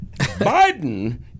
Biden